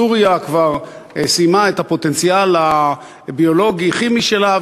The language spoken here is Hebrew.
סוריה כבר סיימה את הפוטנציאל הביולוגי-כימי שלה,